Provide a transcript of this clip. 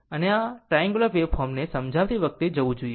આમ આ triangular waveform ને સમજાવતી વખતે જવું જોઈએ